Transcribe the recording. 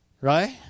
Right